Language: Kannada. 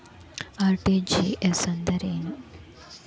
ಆರ್.ಟಿ.ಜಿ.ಎಸ್ ಅಂದ್ರ ಏನ್ರಿ?